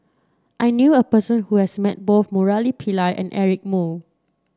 I knew a person who has met both Murali Pillai and Eric Moo